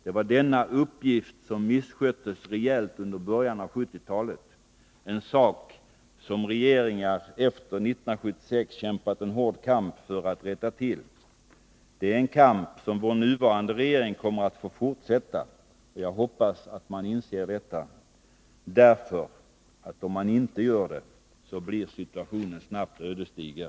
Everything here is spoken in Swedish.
Det var denna uppgift som missköttes rejält under början av 1970-talet — regeringar efter 1976 har utkämpat en hård kamp för att rätta till den saken. Det är en kamp som vår nuvarande regering kommer att få fortsätta. Jag hoppas att man inser detta, därför att om man inte gör det blir situationen snabbt ödesdiger.